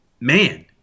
man